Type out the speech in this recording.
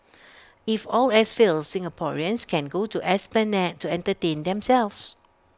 if all else fails Singaporeans can go to esplanade to entertain themselves